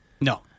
No